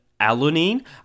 alanine